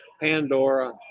pandora